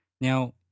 Now